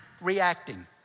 reacting